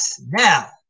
Now